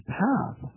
path